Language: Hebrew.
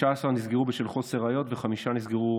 16 נסגרו בשל חוסר ראיות וחמישה נסגרו